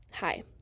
Hi